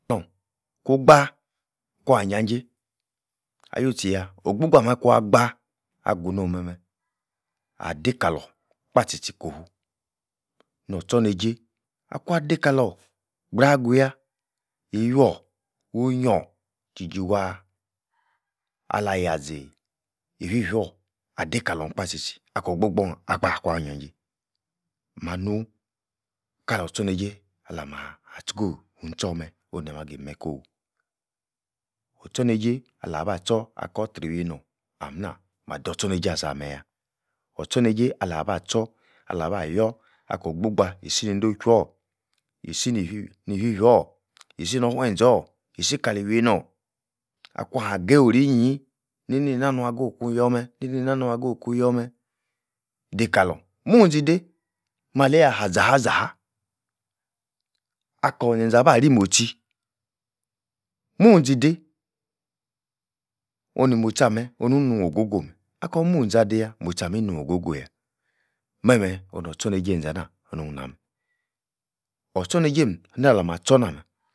Ku-gbaah!! kwah-injajei ah-you-tchi-yah, o'h-gbogbah-agu no'm meh-meh adei kalor kpah tchi tchi kofu nor-tchorneijei, ah-kuan deikalor, gbraah agu-yah, iwoir, o-h-nyior tchi-tchi waaah alah yah-zi ififior adei-kalorn-kpaah tchi-tchi ako'h gbogbohn, agbaah kwa-injajei manu, kalor-tchor-neijei alamah ahtz-go-inn-tchor meh ona'h-mah gi-meh ko'h, or-tchor-neijei asameh-yah or-tchorneijei alabah-tchor, alaba yor ako'h ogbogbah isi nei-d-ochwuor, isi-nini, ni-ififior isi-nor fueh-zor isi-kali iweinor. akwan-geh onnyi neineinah-nua-geh oku yor-meh, nei-nei-nah nua-geh okun yor meh dei-kalor mun-inzi-dei, maleiyi aha-zaha-zaha akor zen-zen abah-ri-mo'h tchi, mun-zi dei, oni-moh-tchi ah-eh onu-nun-oh-go-go meh, akor-munzi adei-yah mo'h-tchi ah-meh inun-oh-go-go-yah meh-meh onor-tchor-neijei enza-nah onun-nah-meh pr-tchornejei nah-alamah tchor-na-meh